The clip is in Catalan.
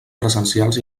presencials